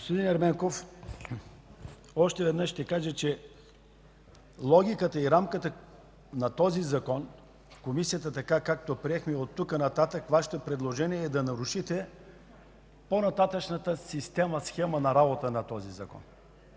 Господин Ерменков, още веднъж ще кажа, че логиката и рамката на този закон в Комисията е така, както я приехме. От тук нататък Вашето предложение е да нарушите по-нататъшната схема на работа на закона.